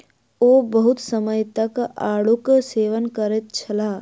ओ बहुत समय तक आड़ूक सेवन करैत छलाह